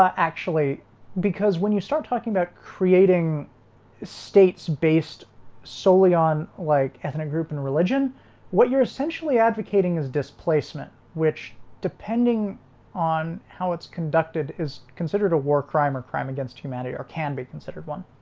ah actually because when you start talking about creating states based solely on like ethnic group and religion what you're essentially advocating is displacement which depending on how it's conducted is considered a war crime or crime against humanity or can be considered one